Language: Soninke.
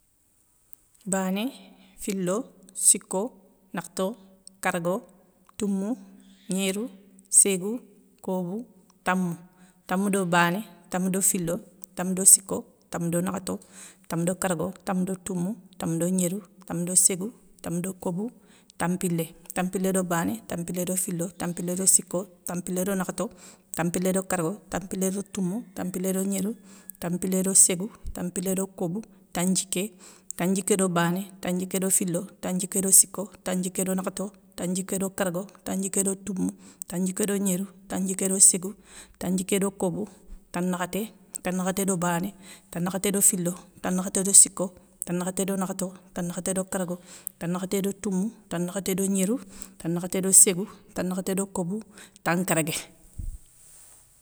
Bané, filo, siko, nakhto; kargo. toumou. gnérou. ségou. kobou. tamou. Tamou do bané, tamou do filo tamou, do siko, tamou do nakhto, tamou do kargo, tamou do toumou, tamou do gnérou, tamou do ségou, tamou do kobou, tampilé. Tampilé tampilé do bané. tampilé do filo, tampilé do siko, tampilé do nakhto, tampilé do kargo, tampilé do toumou, tampilé do gnérou, tampilé do ségou, tampilé do kobou, tandjiké. Tandjiké do bané, tandjiké do filo, tandjiké do siko, tandjiké do nakhto, tandjiké do kargo, tandjiké do toumou. tandjiké do gnérou, tandjiké do ségou. tandjiké do kobou, tanakhté. Tanakhté do bané, tanakhté do filo, tanakhté do siko, tanakhté do nakht. o tanakhté do kargo, tanakhté do toumou, tanakhté do gnérou, tanankhté ségou, tanakhté do kobou, tankérgué.